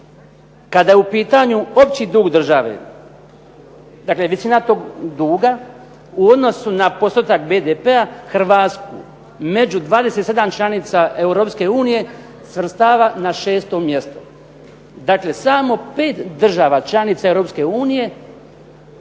"kada je u pitanju opći dug države" dakle visina tog duga "u odnosu na postotak BDP-a Hrvatsku među 27 članica EU svrstava na 6. mjestu". Dakle, samo 5 država članica EU